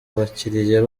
abakiriya